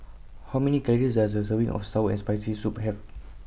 How Many Calories Does A Serving of Sour and Spicy Soup Have